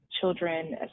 children